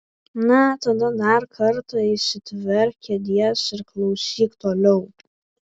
na tada dar kartą įsitverk kėdės ir klausyk toliau